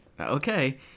Okay